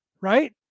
Right